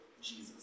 Jesus